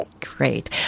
great